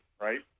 right